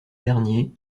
derniers